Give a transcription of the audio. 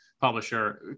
publisher